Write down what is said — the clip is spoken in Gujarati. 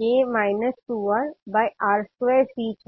2RR2C છે